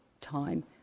time